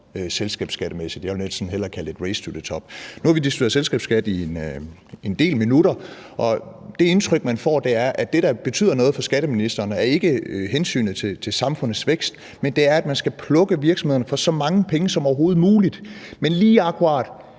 selskabsskattemæssigt – jeg vil næsten hellere kalde det et race to the top. Nu har vi diskuteret selskabsskat i en del minutter, og det indtryk, man får, er, at det, der betyder noget for skatteministeren, ikke er hensynet til samfundets vækst, men at man skal plukke virksomhederne for så mange penge som overhovedet muligt, men lige akkurat